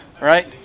right